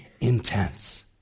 intense